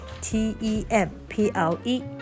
T-E-M-P-L-E